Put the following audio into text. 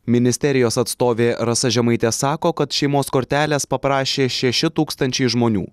ministerijos atstovė rasa žemaitė sako kad šeimos kortelės paprašė šeši tūkstančiai žmonių